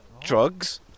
Drugs